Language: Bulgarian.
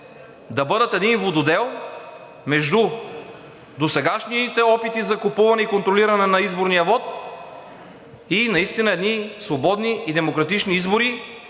да бъдат един вододел между досегашните опити за купуване и контролиране на изборния вот и наистина едни свободни и демократични избори,